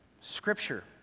Scripture